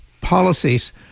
policies